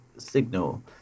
signal